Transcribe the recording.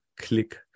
click